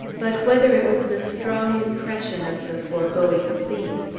but, whether it was the strong impression of the foregoing scene,